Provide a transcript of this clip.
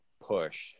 push